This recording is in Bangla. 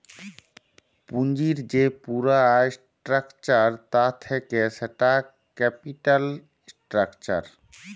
পুঁজির যে পুরা স্ট্রাকচার তা থাক্যে সেটা ক্যাপিটাল স্ট্রাকচার